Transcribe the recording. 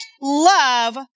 love